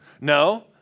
No